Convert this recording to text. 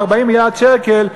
40 מיליארד שקל,